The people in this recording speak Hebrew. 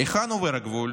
היכן עובר הגבול?